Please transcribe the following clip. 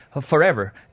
forever